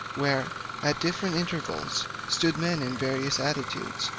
where at different intervals stood men in various attitudes,